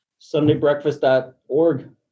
Sundaybreakfast.org